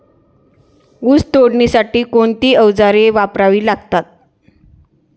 ऊस तोडणीसाठी कोणती अवजारे वापरावी लागतात?